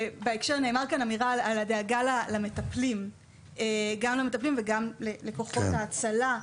דובר כאן על הדאגה למטפלים ולכוחות ההצלה.